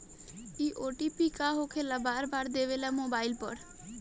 इ ओ.टी.पी का होकेला बार बार देवेला मोबाइल पर?